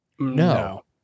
No